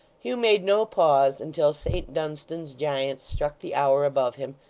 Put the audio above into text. hugh made no pause until saint dunstan's giants struck the hour above him,